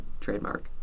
Trademark